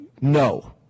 no